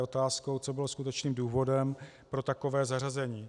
Je otázkou, co bylo skutečným důvodem pro takové zařazení.